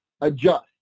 Adjust